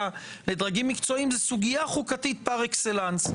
ולדרגים מקצועיים היא סוגיה חוקתית פר אקסלנס.